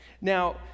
now